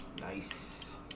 Nice